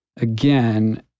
Again